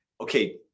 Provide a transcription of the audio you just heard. okay